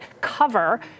cover